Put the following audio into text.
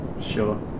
Sure